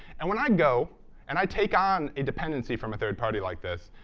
and when i go and i take on a dependency from a third party like this,